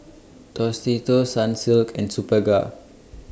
Tostitos Sunsilk and Superga